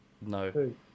No